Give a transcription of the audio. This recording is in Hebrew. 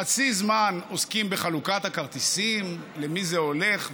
חצי זמן עוסקים בחלוקת הכרטיסים: למי זה הולך,